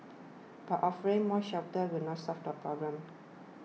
but offering more shelters will not solve the problem